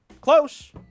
Close